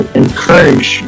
encourage